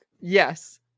Yes